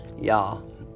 Y'all